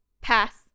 pass